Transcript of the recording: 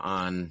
on